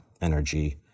energy